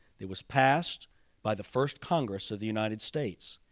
it was passed by the first congress of the united states.